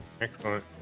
Excellent